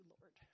Lord